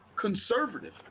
conservative